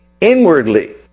inwardly